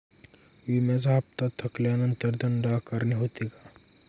विम्याचा हफ्ता थकल्यानंतर दंड आकारणी होते का?